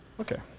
okay.